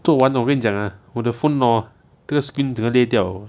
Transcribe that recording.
做完了我跟你讲 ah 我的 phone orh 这个 skin 整个裂掉